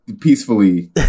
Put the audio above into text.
peacefully